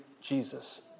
Jesus